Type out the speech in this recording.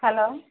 hello